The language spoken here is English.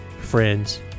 friends